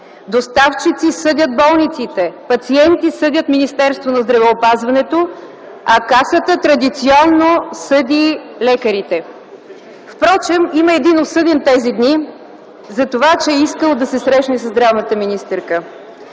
доставчици съдят болниците, пациенти съдят Министерство на здравеопазването, а Касата традиционно съди лекарите. Впрочем, има един осъден тези дни за това, че е искал да се срещне със здравната министърка,